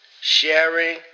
sharing